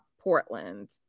Portland